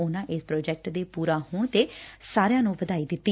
ਉਨੂਾ ਇਸ ਪ੍ਰੋਜੈਕਟ ਦੇ ਪੂਰਾ ਹੋਣ ਤੇ ਸਾਰਿਆਂ ਨੂੰ ਵਧਾਈ ਦਿੱਤੀ